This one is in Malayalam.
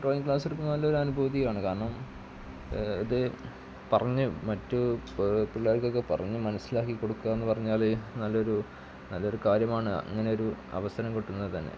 ഡ്രോയിംഗ് ക്ലാസ് എടുക്കുന്നത് നല്ല ഒരു അനുഭൂതിയാണ് കാരണം ഇത് പറഞ്ഞു മറ്റു പിള്ളേര്ക്കൊക്കെ പറഞ്ഞു മനസിലാക്കി കൊടുക്കുക എന്ന് പറഞ്ഞാല് നല്ലൊരു നല്ലൊരു കാര്യമാണ് അങ്ങനെ ഒരു അവസരം കിട്ടുന്നത് തന്നെ